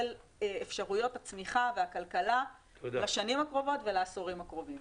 אפשרויות הצמיחה והכלכלה לשנים הקרובות ולעשורים הקרובים.